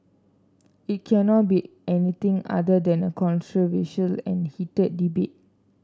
it cannot be anything other than a controversial and heated debate